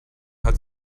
hat